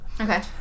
Okay